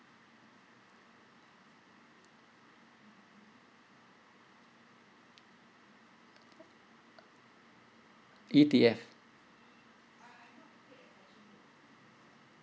E_T_F